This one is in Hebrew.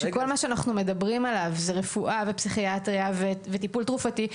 שכל מה שאנחנו מדברים עליו זו רפואה ופסיכיאטריה וטיפול תרופתי.